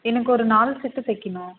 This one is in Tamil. எனக்கு ஒரு நாலு செட்டு தைக்கணும்